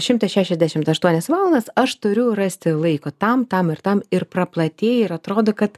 šimtą šešiasdešimt aštuonias valandas aš turiu rasti laiko tam tam ir tam ir praplatėja ir atrodo kad